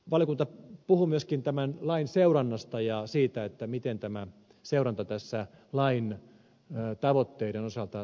valiokunta puhui myöskin tämän lain seurannasta ja siitä miten tämä seuranta lain tavoitteiden osalta toteutuu